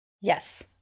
Yes